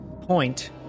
point